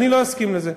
אני לא אסכים לזה.